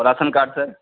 और ration card sir